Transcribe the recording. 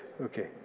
Okay